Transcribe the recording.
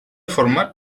format